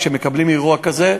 כשמקבלים אירוע כזה,